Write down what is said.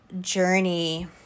journey